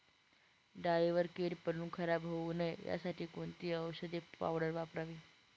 डाळीवर कीड पडून खराब होऊ नये यासाठी कोणती औषधी पावडर वापरावी?